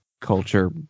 culture